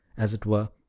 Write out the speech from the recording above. as it were,